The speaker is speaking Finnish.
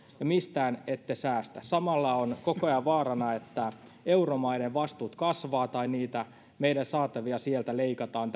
ja mistään ette säästä samalla on koko ajan vaarana että euromaiden vastuut kasvavat tai meidän saataviamme sieltä leikataan